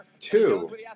two